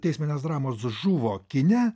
teisminės dramos žuvo kine